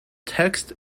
texts